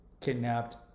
kidnapped